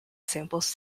samples